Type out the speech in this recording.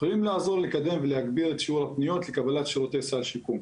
יכולים לעזור לקדם ולהגביר את שיעור הפניות לקבלת שירותי סל שיקום.